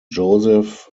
joseph